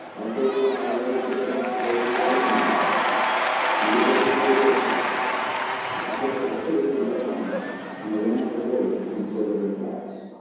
our first priority is to get help to those who have been injured and to take every precaution to protect our citizens at home and around the world from further attacks